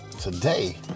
today